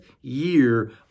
year